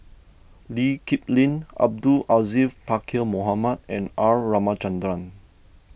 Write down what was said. Lee Kip Lin Abdul Aziz Pakkeer Mohamed and R Ramachandran